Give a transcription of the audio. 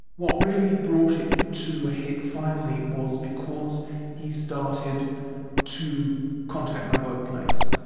what really brought it to a head finally was because he started to contact my workplace.